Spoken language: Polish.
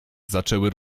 zaczęły